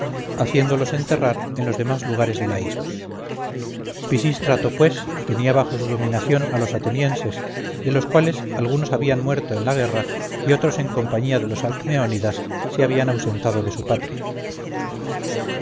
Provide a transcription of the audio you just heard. haciéndolos enterrar en los demás lugares de la isla pisístrato pues tenía bajo su dominación a los atenienses de los cuales algunos habían muerto en la guerra y otros en compañía de los alcmeónidas se habían ausentado de su patria